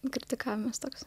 kritikavimas toks